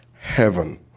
heaven